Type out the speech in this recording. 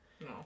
no